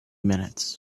minutes